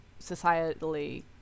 societally